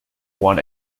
won